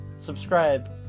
Subscribe